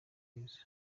yezu